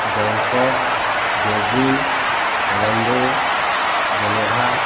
Bangkok Beijing Colombo Geneva